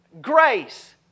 grace